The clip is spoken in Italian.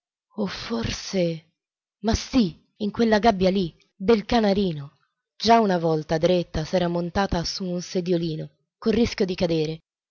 o forse ma sì in quella gabbia lì del canarino già una volta dreetta era montata su un sediolino col rischio di cadere